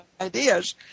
ideas